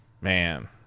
Man